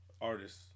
artists